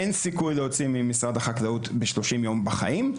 אין סיכוי להוציא ממשרד החקלאות בשלושים יום בחיים.